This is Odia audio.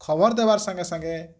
ଖବର୍ ଦେବାର୍ ସାଙ୍ଗେ ସାଙ୍ଗେ